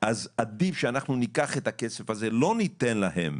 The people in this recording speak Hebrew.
אז עדיף שאנחנו ניקח את הכסף הזה, לא ניתן להם